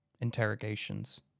interrogations